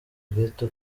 ghetto